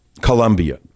Colombia